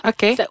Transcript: Okay